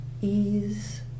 ease